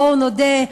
בואו נודה,